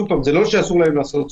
זה לא שאסור להם לעשות ספורט,